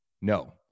No